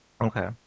Okay